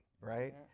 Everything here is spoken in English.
right